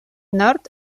nord